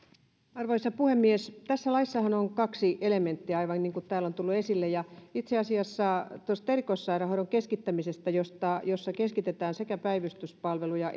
arvoisa puhemies tässä laissahan on kaksi elementtiä aivan niin kuin täällä on tullut esille itse asiassa tuosta erikoissairaanhoidon keskittämisestä jossa keskitetään sekä päivystyspalveluja